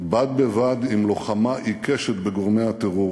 בד בבד עם לוחמה עיקשת בגורמי הטרור.